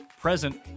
present